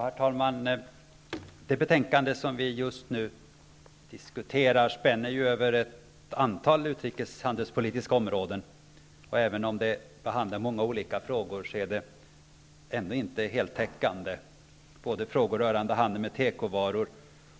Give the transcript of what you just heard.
Herr talman! Det betänkande vi just nu diskuterar spänner över ett antal utrikeshandelspolitiska områden. Även om det behandlar många olika frågor är det ändå inte heltäckande. Både frågor rörande handeln med tekovaror